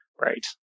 right